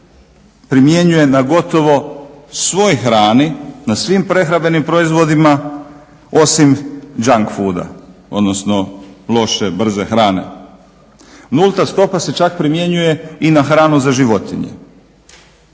primjenjuje na gotovo svoj hrani, na svim prehrambenim proizvodima osim junk fooda, odnosno loše brze hrane. Nulta stopa se čak primjenjuje i na hranu za životinje.